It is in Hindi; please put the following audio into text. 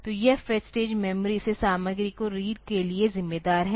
तो यह फेच स्टेज मेमोरी से सामग्री को रीड के लिए जिम्मेदार है